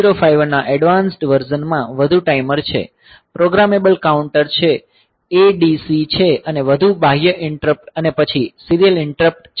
તેથી 8051 ના એડવાન્સડ વર્ઝનમાં વધુ ટાઈમર છે પ્રોગ્રામેબલ કાઉન્ટર જે ADC છે અને વધુ બાહ્ય ઈંટરપ્ટ અને પછી સીરીયલ ઈંટરપ્ટ છે